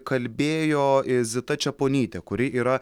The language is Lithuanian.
kalbėjo zita čeponytė kuri yra